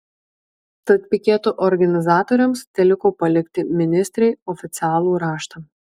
tad piketo organizatoriams teliko palikti ministrei oficialų raštą